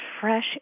fresh